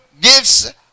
gifts